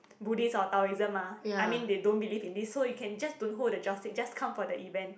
Buddhist or Taoism ah I mean they don't believe in this so you can just don't hold the joss stick just come for the event